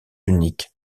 unique